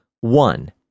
one